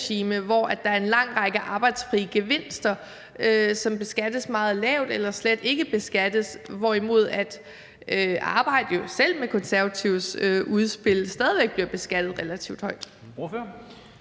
hvor der er en lang række arbejdsfri gevinster, som beskattes meget lavt eller slet ikke beskattes, hvorimod arbejde, selv med De Konservatives udspil, stadig væk bliver beskattet relativt højt?